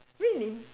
really